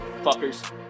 fuckers